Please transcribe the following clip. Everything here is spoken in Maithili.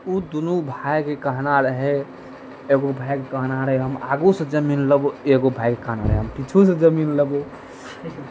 ओ दुनू भायके कहना रहै एगो भायके कहना रहै हम आगू सऽ जमीन लेबौ एगो भाइके कहना रहै हम पीछू से जमीन लेबौ